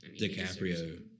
DiCaprio